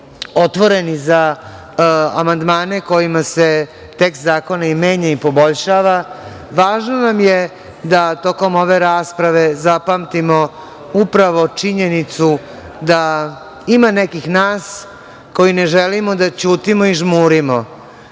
otvoreni za amandmane kojima se tekst zakona i menja i poboljšava, važno nam je da tokom ove rasprave zapamtimo upravo činjenicu da ima nekih nas koji ne želimo da ćutimo i žmurimo